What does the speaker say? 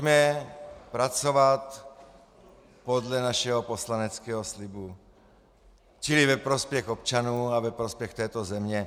Pojďme pracovat podle našeho poslaneckého slibu, čili ve prospěch občanů a ve prospěch této země.